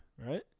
right